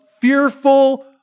fearful